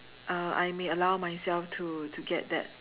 uh I may allow myself to to get that